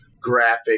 graphic